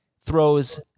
throws